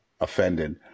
offended